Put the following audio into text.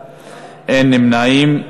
1, אין נמנעים.